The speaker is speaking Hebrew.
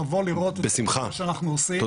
לבוא לראות את מה שאנחנו עושים,